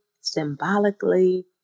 symbolically